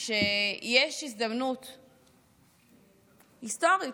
שיש הזדמנות היסטורית: